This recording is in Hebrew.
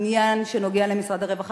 עניין שנוגע למשרד הרווחה,